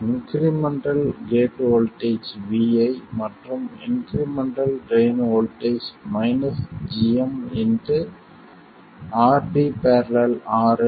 incremental gate voltage Vi மற்றும் incremental drain voltage gm RD ║ RL Vi